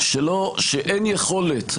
חבל שאין יכולת,